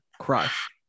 crush